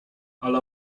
ale